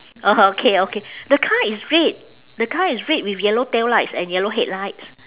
oh okay okay the car is red the car is red with yellow tail lights and yellow headlights